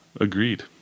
Agreed